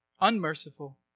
unmerciful